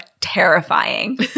terrifying